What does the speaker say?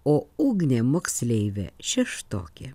o ugnė moksleivė šeštokė